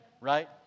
right